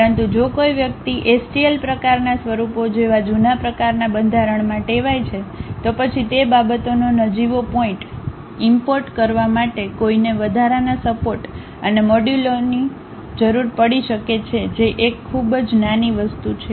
પરંતુ જો કોઈ વ્યક્તિ એસટીએલ પ્રકારના સ્વરૂપો જેવા જૂના પ્રકારનાં બંધારણમાં ટેવાય છે તો પછી તે બાબતોનો નજીવો પોઇન્ટ ઈમ્પોર્ટઈમ્પોર્ટ કરવા માટે કોઈને વધારાના સપોર્ટ અને મોડ્યુલોની જરૂર પડી શકે છે જે એક ખૂબ જ નાની વસ્તુ છે